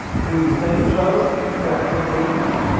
do you think so, captain boomsby?